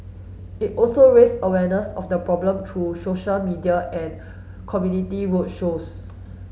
it also raised awareness of the problem through social media and community road shows